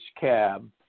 cab